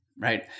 right